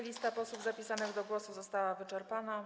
Lista posłów zapisanych do głosu została wyczerpana.